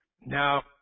Now